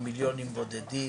במיליונים בודדים.